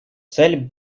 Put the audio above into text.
цель